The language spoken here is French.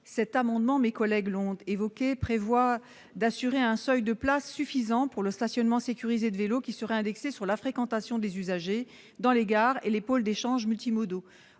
Cet amendement vise à assurer un seuil de places suffisant pour le stationnement sécurisé de vélos, qui serait indexé sur la fréquentation des usagers dans les gares et les pôles d'échanges multimodaux.